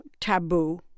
taboo